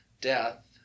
death